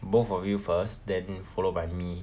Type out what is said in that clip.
both of you first then followed by me